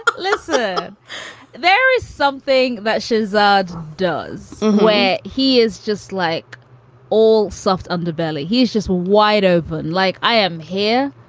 but ah there is something that shahzad does where he is just like all soft underbelly. he is just wide open like i am here.